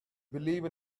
believe